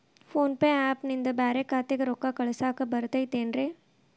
Phone pay app ನಿಂದ ಬ್ಯಾರೆ ಖಾತೆಕ್ ರೊಕ್ಕಾ ಕಳಸಾಕ್ ಬರತೈತೇನ್ರೇ?